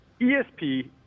ESP